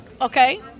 Okay